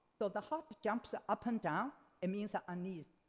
so the heart jumps ah up and down, it means ah uneasy.